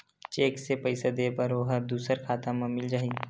Cheque से पईसा दे बर ओहा दुसर खाता म मिल जाही?